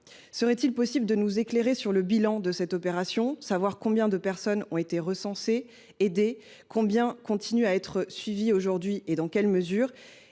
Serait il possible de nous éclairer sur le bilan de cette opération et de savoir combien de personnes ont été recensées ou aidées ? Combien continuent à être suivies aujourd’hui et dans quelle mesure ?